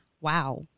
wow